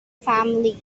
family